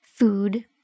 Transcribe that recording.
food